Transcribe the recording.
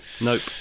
Nope